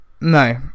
no